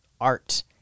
art